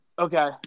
Okay